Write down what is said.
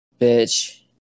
bitch